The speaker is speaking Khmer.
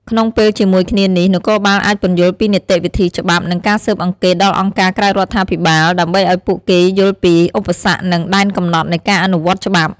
ក្នុងពេលជាមួយគ្នានេះ នគរបាលអាចពន្យល់ពីនីតិវិធីច្បាប់ និងការស៊ើបអង្កេតដល់អង្គការក្រៅរដ្ឋាភិបាល ដើម្បីឲ្យពួកគេយល់ពីឧបសគ្គ និងដែនកំណត់នៃការអនុវត្តច្បាប់។